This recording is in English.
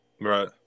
Right